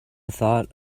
thought